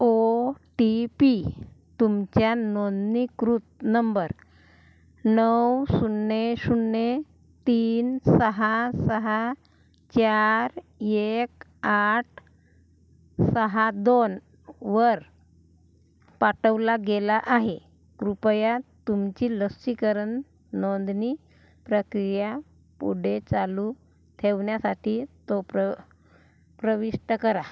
ओ T P तुमच्या नोंदणीकृत number नऊ शून्य शून्य तीन सहा सहा चार एक आठ सहा दोनवर पाठवला गेला आहे कृपया तुमची लसीकरण नोंदणी प्रक्रिया पुढे चालू ठेवण्यासाठी तो प्र प्रविष्ट करा